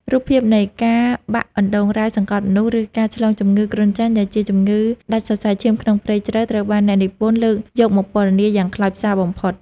រូបភាពនៃការបាក់អណ្ដូងរ៉ែសង្កត់មនុស្ស ឬការឆ្លងជំងឺគ្រុនចាញ់ដែលជាជំងឺដាច់សរសៃឈាមក្នុងព្រៃជ្រៅ ត្រូវបានអ្នកនិពន្ធលើកយកមកពណ៌នាយ៉ាងខ្លោចផ្សាបំផុត។